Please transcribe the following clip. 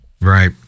Right